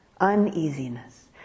uneasiness